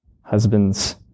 husbands